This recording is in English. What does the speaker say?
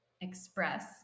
express